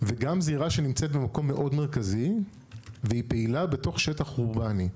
וגם זירה שנמצאת במקום מאוד מרכזי והיא פעילה בתוך שטח אורבני.